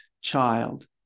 child